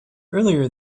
earlier